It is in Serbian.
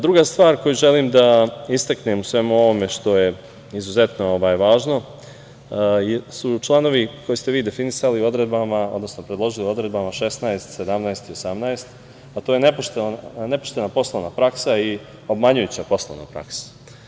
Druga stvar koju želim da istaknem u svemu ovome što je izuzetno važno su članovi koje ste vi definisali odredbama, odnosno predložili odredbama 16, 17. i 18, a to je nepoštena poslovna praksa i obmanjujuća poslovna praksa.